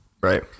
Right